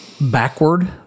backward